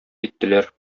әйттеләр